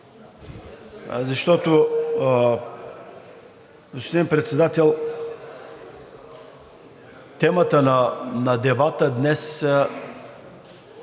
защото, господин Председател, темата на дебата днес по